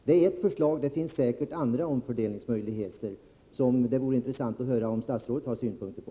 Det är ett förslag; det finns säkert andra omfördelningsmöjligheter, som det vore intressant att få höra om statsrådet har några synpunkter på.